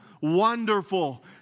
Wonderful